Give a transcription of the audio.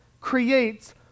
creates